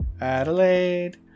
Adelaide